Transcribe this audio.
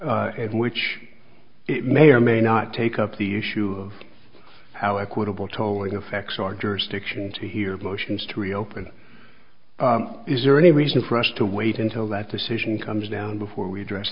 case which it may or may not take up the issue of how equitable tolling affects our jurisdiction to hear motions to reopen it is there any reason for us to wait until that decision comes down before we address